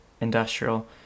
industrial